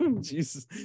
Jesus